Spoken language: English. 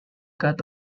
god